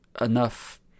enough